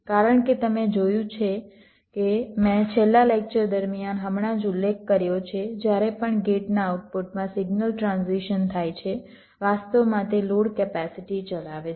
કારણ કે તમે જોયું છે કે મેં છેલ્લા લેકચર દરમિયાન હમણાં જ ઉલ્લેખ કર્યો છે જ્યારે પણ ગેટના આઉટપુટમાં સિગ્નલ ટ્રાન્ઝિશન થાય છે વાસ્તવમાં તે લોડ કેપેસિટી ચલાવે છે